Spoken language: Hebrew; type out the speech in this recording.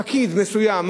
פקיד מסוים,